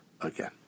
again